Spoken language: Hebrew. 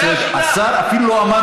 השר, זו השיטה.